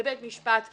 בבית משפט השלום.